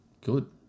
good